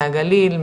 מהגליל,